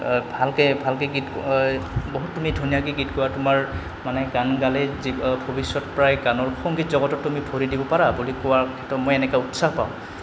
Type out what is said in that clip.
ভালকে ভালকে গীত বহুত তুমি ধুনীয়াকে গীত গোৱা তোমাৰ মানে গান গালেই ভৱিষ্যত প্ৰায় গানৰ সংগীত জগত তুমি ভৰি দিব পাৰা বুলি কোৱাৰ ক্ষেত্ৰত মই এনেকে উৎসাহ পাওঁ